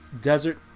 desert